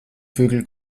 vögel